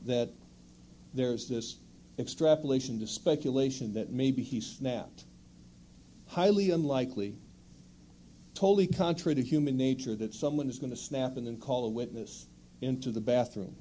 that there's this extrapolation to speculation that maybe he snapped highly unlikely totally contradicts human nature that someone is going to snap and then call a witness into the bathroom